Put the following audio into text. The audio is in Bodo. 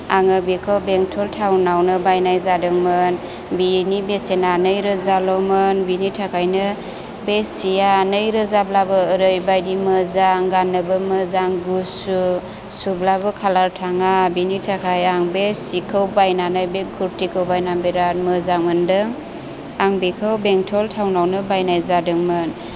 आङाे बिखौ बेंटल थावनावनो बायनाय जादोंमोन बेनि बेसेना नै रोजा ल'मोन बेनि थाखायनो बे सिया नै रोजा ब्लाबो ओरैबायदि मोजां गान्नोबो मोजां गुसु सुब्लाबो कालार थाङा बेनि थाखाय आं बे सिखौ बायनानै बे कुरथिखौ बायनानै बिरात मोजां मोनदों आं बेखौ बेंथल थावनावनो बायनाय जादोंमोन